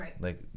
Right